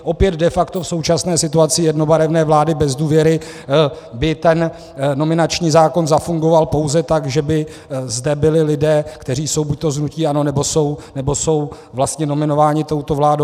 Opět de facto v současné situaci jednobarevné vlády bez důvěry by ten nominační zákon zafungoval pouze tak, že by zde byli lidé, kteří jsou buďto z hnutí ANO, anebo jsou vlastně nominováni touto vládou.